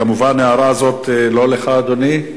כמובן ההערה זאת היא לא לך, אדוני.